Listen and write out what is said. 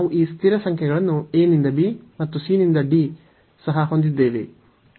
ನಾವು ಈ ಸ್ಥಿರ ಸಂಖ್ಯೆಗಳನ್ನು a ನಿಂದ b ಮತ್ತು c ನಿಂದ d ಸಹ ಹೊಂದಿದ್ದೇವೆ